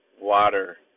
water